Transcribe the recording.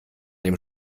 dem